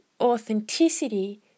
authenticity